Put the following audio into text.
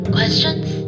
Questions